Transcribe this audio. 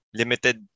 limited